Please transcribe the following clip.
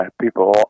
People